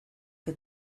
que